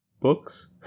books